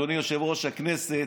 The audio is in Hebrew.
אדוני יושב-ראש הכנסת,